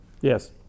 Yes